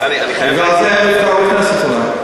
בגלל זה הוא נבחר לכנסת אולי.